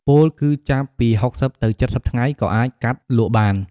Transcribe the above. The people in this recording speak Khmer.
ពោលគឺចាប់ពី៦០ទៅ៧០ថ្ងៃ ក៏អាចកាត់លក់បាន។